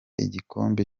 igikombe